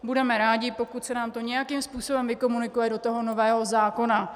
Budeme rádi, pokud se nám to nějakým způsobem vykomunikuje do nového zákona.